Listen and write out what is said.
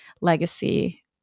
legacy